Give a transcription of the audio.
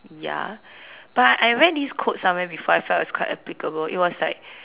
ya but I read this quote somewhere before I felt it's quite applicable it was like